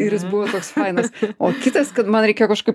ir jis buvo toks fainas o kitas kad man reikėjo kažkaip